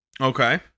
Okay